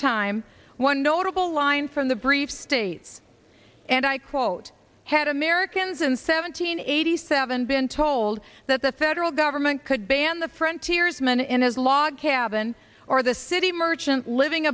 time one notable line from the brief states and i quote had americans in seventeen eighty seven been told that the federal government could ban the frontiers man in his log cabin or the city merchant living